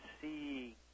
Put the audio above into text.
see